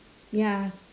ya